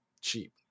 cheap